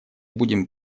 будем